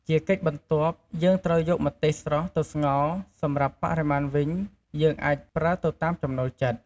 ជាកិច្ចបន្ទាប់ យើងត្រូវយកម្ទេសស្រស់ទៅស្ងោរ សម្រាប់បរិមាណវិញ យើងអាចប្រើទៅតាមចំណូលចិត្ត។